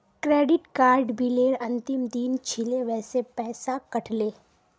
credit card बिलेर अंतिम दिन छिले वसे पैसा कट ले